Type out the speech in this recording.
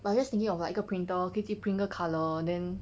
but I was just thinking of like 一个 printer 可以自己 print 一个 colour then